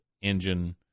engine